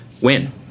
win